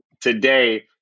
today